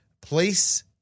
place